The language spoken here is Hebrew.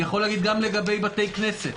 אני יכול להגיד גם לגבי בתי כנסת